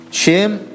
shame